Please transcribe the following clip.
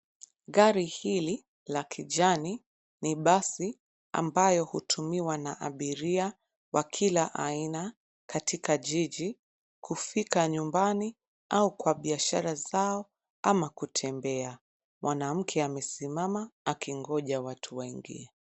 Gari hili la kijani ni basi ambayo hutumiwa na abiria wa kila aina katika jiji, kufika nyumbani au kwa biashara zao ama kutembea. Mwanamke amesimama akingoja watu waingie.